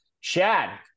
Chad